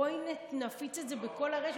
בואי נפיץ את זה בכל הרשת.